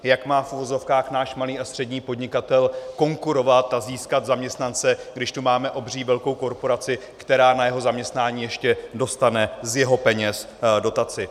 Jak má v uvozovkách náš malý a střední podnikatel konkurovat a získat zaměstnance, když tu máme obří velkou korporaci, která na jeho zaměstnání ještě dostane z jeho peněz dotaci.